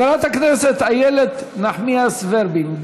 חברת הכנסת איילת נחמיאס-ורבין.